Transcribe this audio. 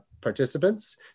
participants